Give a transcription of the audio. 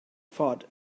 fought